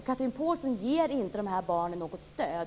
Chatrine Pålsson ger inte de här barnen något stöd.